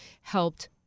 helped